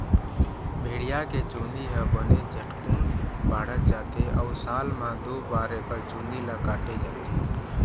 भेड़िया के चूंदी ह बने झटकुन बाढ़त जाथे अउ साल म दू बार एकर चूंदी ल काटे जाथे